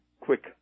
quick